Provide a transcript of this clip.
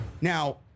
Now